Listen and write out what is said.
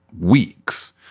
weeks